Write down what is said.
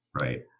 Right